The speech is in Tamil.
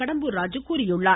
கடம்பூர் ராஜு தெரிவித்துள்ளார்